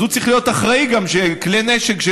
אז הוא גם צריך להיות אחראי שכלי נשק של